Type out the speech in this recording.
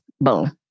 Boom